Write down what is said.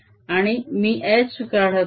आणि मी H काढत आहे